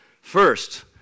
first